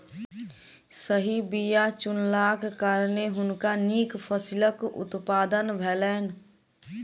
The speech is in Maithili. सही बीया चुनलाक कारणेँ हुनका नीक फसिलक उत्पादन भेलैन